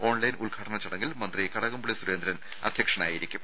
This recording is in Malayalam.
ഓൺലൈൻ ഉദ്ഘാടന ചടങ്ങിൽ മന്ത്രി കടകംപള്ളി സുരേന്ദ്രൻ അധ്യക്ഷനായിരിക്കും